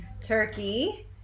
turkey